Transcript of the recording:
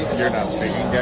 you're not speaking,